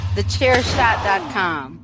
TheChairShot.com